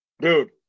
dude